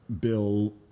bill